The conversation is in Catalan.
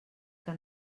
que